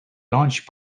launch